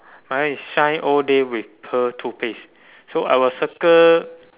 mine is shine all day with pearl toothpaste so I will circle